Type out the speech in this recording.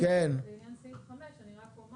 לעניין סעיף 5 אני רק אומר